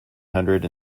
hundred